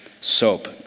soap